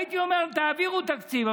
הייתי אומר: תעבירו תקציב,